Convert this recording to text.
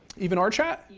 even our chat?